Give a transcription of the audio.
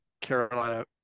Carolina